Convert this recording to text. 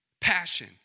Passion